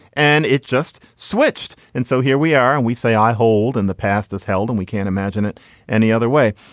and it just switched. and so here we are. and we say i hold in the past is held and we can't imagine it any other way.